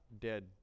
dead